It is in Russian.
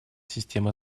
системы